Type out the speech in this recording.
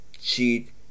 cheat